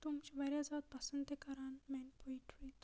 تِم چھِ واریاہ زیادٕ پَسَنٛد تہِ کَران میٲنٛۍ پویٹری تہٕ